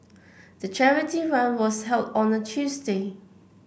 the charity run was held on a Tuesday